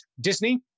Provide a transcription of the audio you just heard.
Disney